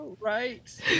right